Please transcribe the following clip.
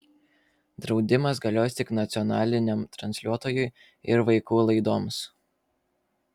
draudimas galios tik nacionaliniam transliuotojui ir vaikų laidoms